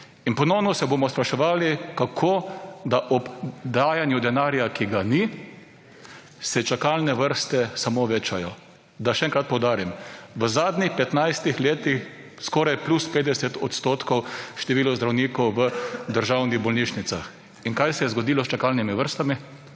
in ponovno se bomo spraševali kako, da ob dajanju denarja, ki ga ni se čakalne vrste samo večajo. Da še enkrat poudarim v zadnjih 15 letih skoraj plus 50 odstotkov število zdravnikov v državnih bolnišnicah in kaj se je zgodilo s čakalnimi vrstami?